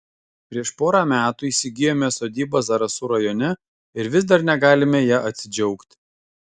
prieš porą metų įsigijome sodybą zarasų rajone ir vis dar negalime ja atsidžiaugti